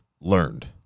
learned